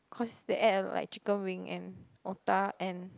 cause they add a lot like chicken wing and Otak and